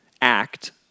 act